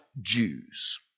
Jews